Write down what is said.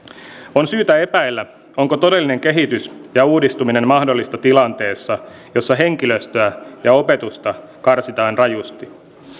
on syytä epäillä onko todellinen kehitys ja uudistuminen mahdollista tilanteessa jossa henkilöstöä ja opetusta karsitaan rajusti